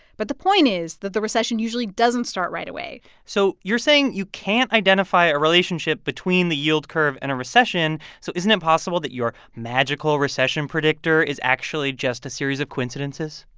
but the point is that the recession usually doesn't start right away so you're saying you can't identify a relationship between the yield curve and a recession, so isn't it possible that your magical recession predictor is actually just a series of coincidences?